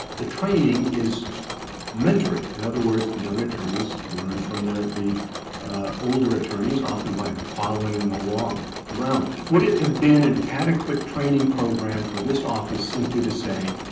the training is mentoring. in other words, the young attorneys learn from the the older attorneys, often by following them along around. would it have been an adequate training program for this office simply to say,